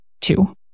two